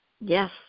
Yes